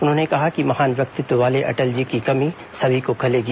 उन्होंने कहा कि महान व्यक्तित्व वाले अटल जी की कमी सभी को खलेगी